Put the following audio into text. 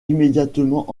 immédiatement